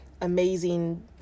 amazing